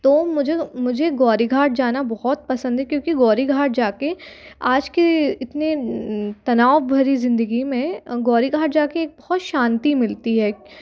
तो मुझे मुझे गौरी घाट जाना बहुत पसंद है क्योंकि गौड़ी घाट जाके आज के इतनी तनाव भरी जिंदगी में गौरी घाट जाके बहुत शांति मिलती है